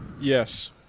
Yes